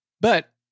But-